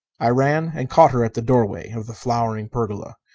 i ran and caught her at the doorway of the flowered pergola.